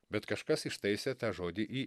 bet kažkas ištaisė tą žodį į